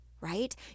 Right